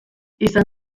izan